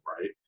right